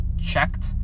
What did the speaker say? checked